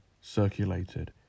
circulated